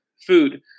food